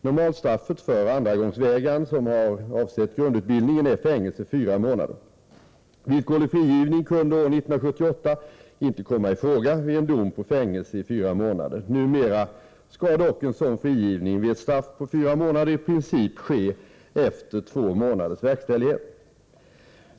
Normalstraffet för andragångsvägran som har avsett grundutbildningen är fängelse fyra månader. Villkorlig frigivning kunde år 1978 inte komma i fråga vid en dom på fängelse i fyra månader. Numera skall dock sådan frigivning vid ett straff på fyra månader i princip ske efter två månaders verkställighet.